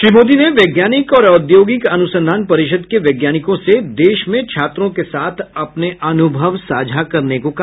श्री मोदी ने वैज्ञानिक और औद्योगिक अनुसंधान परिषद के वैज्ञानिकों से देश में छात्रों के साथ अपने अनुभव साझा करने को कहा